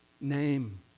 name